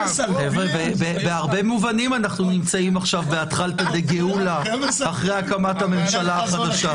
בהרבה מובנים אנחנו נמצאים באתחלתא דגאולה אחרי הקמת הממשלה החדשה.